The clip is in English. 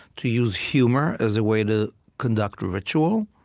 to use humor as a way to conduct ritual,